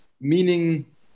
meaning